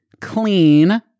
clean